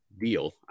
deal